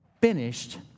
finished